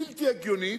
בלתי הגיונית.